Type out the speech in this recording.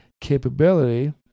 capability